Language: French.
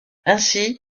ainsi